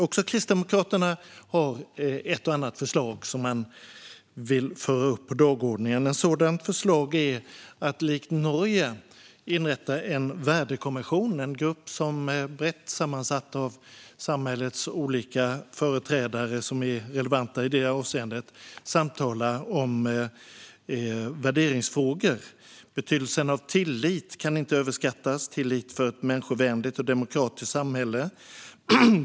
Också Kristdemokraterna har ett och annat förslag som vi vill föra upp på dagordningen. Ett sådant förslag är att likt Norge inrätta en värdekommission, en brett sammansatt grupp där samhällets olika företrädare som är relevanta i det avseendet samtalar om värderingsfrågor. Betydelsen av tillit kan inte överskattas för ett människovänligt och demokratiskt samhälle.